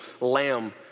lamb